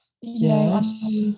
Yes